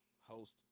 host